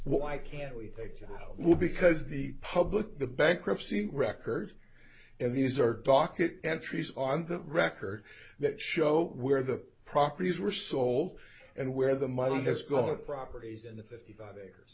why can't we think you will because the public the bankruptcy record and these are docket entries on the record that show where the properties were sold and where the money has gone the properties in the fifty five acres